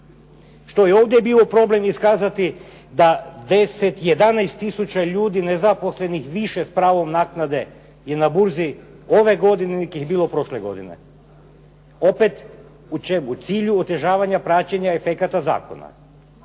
Što je ovdje bilo problem iskazati da 10, 11 tisuća ljudi nezaposlenih više s pravom naknade na burzi ove godine nego ih je bilo prošle godine? Opet u cilju otežavanja praćenja efekata zakona.